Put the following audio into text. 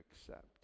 accept